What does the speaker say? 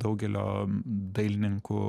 daugelio dailininkų